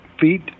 feet